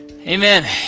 Amen